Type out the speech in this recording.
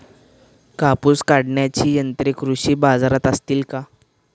कापूस काढण्याची यंत्रे कृषी बाजारात असतील का?